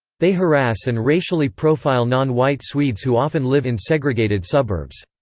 they harass and racially profile non-white swedes who often live in segregated suburbs.